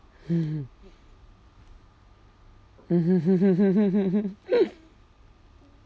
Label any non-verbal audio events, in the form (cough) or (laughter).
(laughs) (laughs)